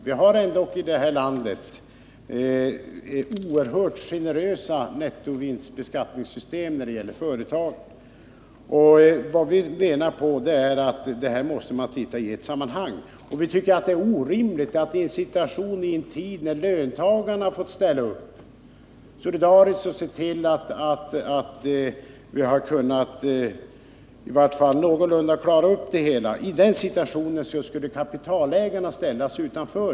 Vi har ändock i vårt land ett oerhört generöst nettovinstbeskattningssystem som tillämpas på företagen. Vad vi menar är att det här måste man titta på i ett sammanhang. Vi tycker vidare att det är orimligt att i en tid då löntagarna får ställa upp solidariskt och se till att vi i varje fall någorlunda klarar upp det hela, kapitalägarna skulle ställas utanför.